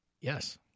yes